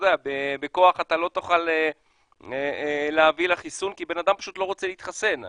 בכוח לא תוכל להביא לחיסון כאשר אדם לא רוצה להתחסן.